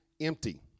empty